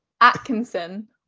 Atkinson